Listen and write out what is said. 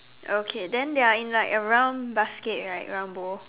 okay then they are in like a round basket right a round bowl